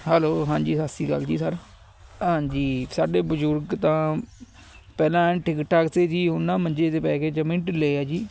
hello ਹਾਂਜੀ ਸਤਿ ਸ਼੍ਰੀ ਅਕਾਲ ਜੀ ਸਰ ਹਾਂਜੀ ਸਾਡੇ ਬਜ਼ੁਰਗ ਤਾਂ ਪਹਿਲਾਂ ਐਨ ਠੀਕ ਠਾਕ ਸੀ ਜੀ ਹੁਣ ਨਾ ਮੰਜੇ 'ਤੇ ਪੈ ਗਏ ਜਮੀ ਢਿੱਲੇ ਹੈ ਜੀ